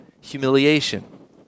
humiliation